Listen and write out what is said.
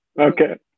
Okay